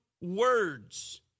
words